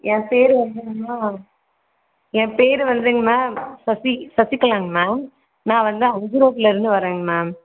என் பேர் வந்துங்க மேம் என் பேர் வந்துங்க மேம் சசி சசிகலாங்க மேம் நான் வந்து அஞ்சு ரோட்லேருந்து வரேங்க மேம்